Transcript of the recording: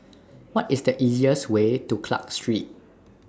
What IS The easiest Way to Clarke Street